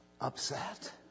upset